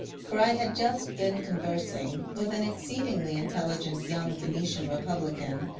for i had just been conversing with an exceedingly intelligent young venetian eepublican,